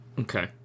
okay